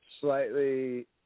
slightly –